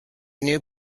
new